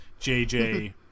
JJ